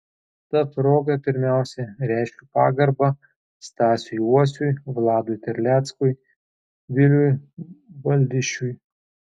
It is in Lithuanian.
ta proga pirmiausia reiškiu pagarbą stasiui uosiui vladui terleckui viliui baldišiui